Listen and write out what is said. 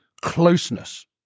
closeness